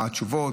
מה התשובות.